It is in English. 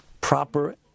proper